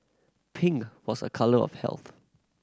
pink was a colour of health